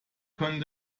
können